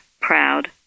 proud